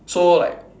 so like